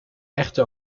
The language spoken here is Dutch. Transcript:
echte